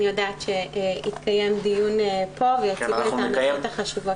יודעת שיתקיים דיון פה ויציגו את הנקודות החשובות.